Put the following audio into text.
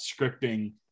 scripting